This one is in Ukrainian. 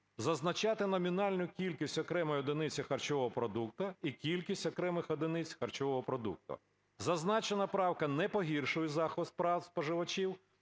зазначати номінальну кількість окремої одиниці харчового продукту і кількість окремих одиниць харчового продукту. Зазначена правка не погіршує захист прав споживачів,